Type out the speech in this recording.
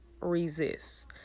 resist